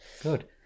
good